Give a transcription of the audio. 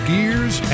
Gears